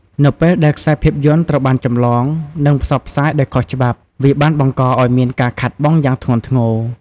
នៅពេលដែលខ្សែភាពយន្តត្រូវបានចម្លង និងផ្សព្វផ្សាយដោយខុសច្បាប់ វាបានបង្កឱ្យមានការខាតបង់យ៉ាងធ្ងន់ធ្ងរ។